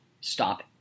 stop